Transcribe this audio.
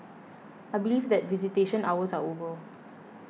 I believe that visitation hours are over